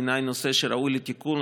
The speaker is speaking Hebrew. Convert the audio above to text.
בעיניי נושא שראוי לתיקון,